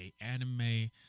anime